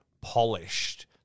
polished